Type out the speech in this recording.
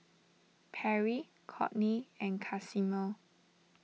Perry Cortney and Casimer